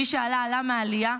מי שעלה, עלה מהעלייה.